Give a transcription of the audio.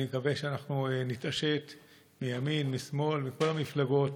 אני מקווה שנתעשת בימין ובשמאל, בכל המפלגות,